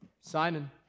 Simon